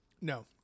No